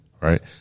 Right